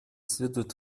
следует